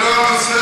אבל זה לא הנושא.